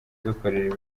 dukorera